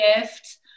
gift